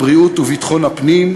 הבריאות וביטחון הפנים.